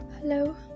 Hello